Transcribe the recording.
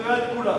שחררה את כולם.